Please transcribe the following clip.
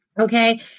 Okay